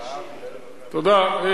תודה.